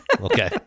okay